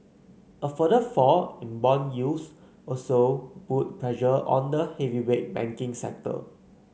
a further fall in bond yields also put pressure on the heavyweight banking sector